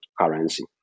currency